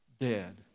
dead